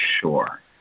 sure